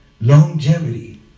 Longevity